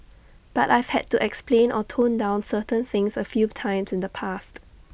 but I've had to explain or tone down certain things A few times in the past